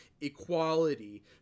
equality